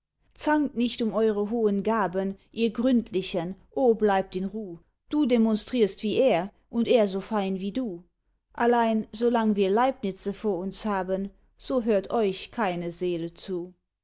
zankt nicht um eure hohen gaben ihr gründlichen o bleibt in ruh du demonstrierst wie er und er so fein wie du allein solange wir leibnize vor uns haben so hört euch keine seele zu